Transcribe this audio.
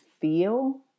feel